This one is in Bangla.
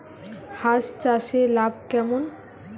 হাঁস চাষে লাভ কেমন?